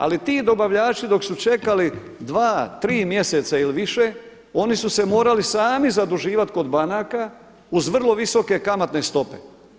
Ali ti dobavljači dok su čekali dva, tri mjeseca ili više oni su se morali sami zaduživati kod banaka uz vrlo visoke kamatne stope.